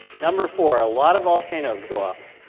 number four a lot of volcanoes go off.